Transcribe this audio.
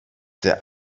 der